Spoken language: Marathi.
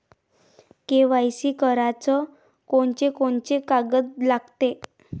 के.वाय.सी कराच कोनचे कोनचे कागद लागते?